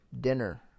dinner